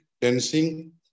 dancing